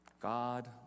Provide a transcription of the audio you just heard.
God